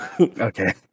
okay